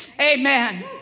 amen